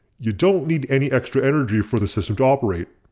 you don't need any extra energy for the system to operate.